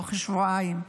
תוך שבועיים.